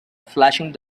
flashing